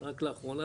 רק לאחרונה,